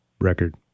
record